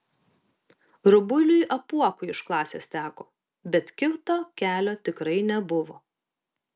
rubuiliui apuokui iš klasės teko bet kito kelio tikrai nebuvo